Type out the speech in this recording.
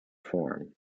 form